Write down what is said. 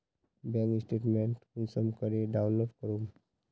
Bank statement कुंसम करे download करूम?